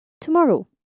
tomorrow